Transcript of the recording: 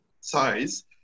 size